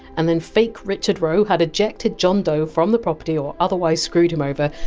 and then fake richard roe had ejected john doe from the property or otherwise screwed him over.